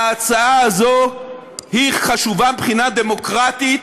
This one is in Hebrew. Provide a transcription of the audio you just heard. ההצעה הזו חשובה מבחינה דמוקרטית,